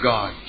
God